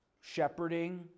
Shepherding